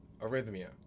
arrhythmia